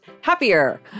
happier